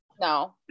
no